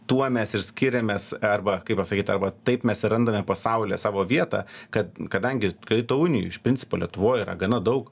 tuo mes ir skiriamės arba kaip pasakyt arba taip mes ir randame pasaulyje savo vietą kad kadangi kredito unijų iš principo lietuvoj yra gana daug